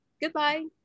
Goodbye